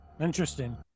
interesting